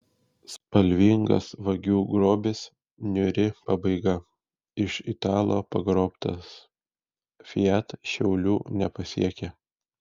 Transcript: spalvingas vagių grobis niūri pabaiga iš italo pagrobtas fiat šiaulių nepasiekė